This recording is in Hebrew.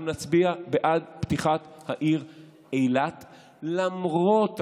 אנחנו נצביע בעד פתיחת העיר אילת למרות הממשלה,